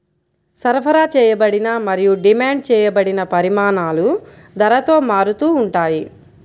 సరఫరా చేయబడిన మరియు డిమాండ్ చేయబడిన పరిమాణాలు ధరతో మారుతూ ఉంటాయి